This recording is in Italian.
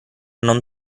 non